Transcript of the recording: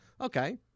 okay